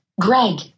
Greg